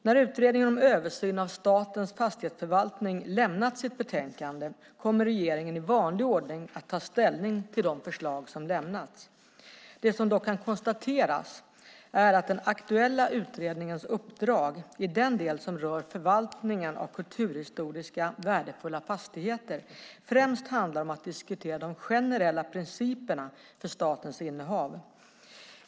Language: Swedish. När utredningen om översyn av statens fastighetsförvaltning har lämnat sitt betänkande kommer regeringen i vanlig ordning att ta ställning till de förslag som lämnats. Det som dock kan konstateras är att den aktuella utredningens uppdrag i den del som rör förvaltningen av kulturhistoriska värdefulla fastigheter främst handlar om att diskutera de generella principerna för statens innehav.